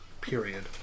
Period